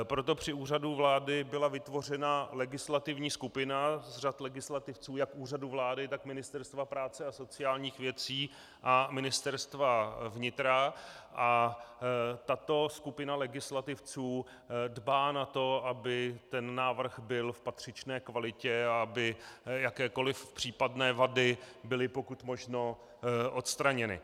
Proto při Úřadu vlády byla vytvořena legislativní skupina z řad legislativců jak Úřadu vlády, tak Ministerstva práce a sociálních věcí a Ministerstva vnitra a tato skupina legislativců dbá na to, aby ten návrh byl v patřičné kvalitě a aby jakékoliv případné vady byly pokud možno odstraněny.